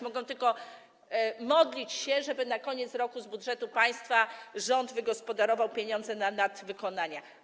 Mogą tylko modlić się, żeby na koniec roku z budżetu państwa rząd wygospodarował pieniądze na nadwykonania.